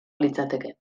litzateke